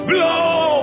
Blow